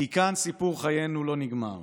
כי כאן סיפור חיינו לא נגמר.